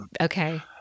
okay